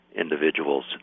individuals